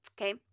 Okay